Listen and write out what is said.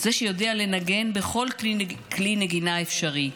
זה שיודע לנגן בכל כלי נגינה אפשרי,